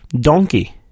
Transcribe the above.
donkey